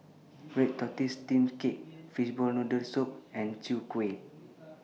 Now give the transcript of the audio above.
Red Tortoise Steamed Cake Fishball Noodle Soup and Chwee Kueh